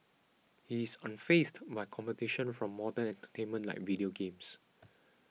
he is unfazed by competition from modern entertainment like video games